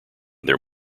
their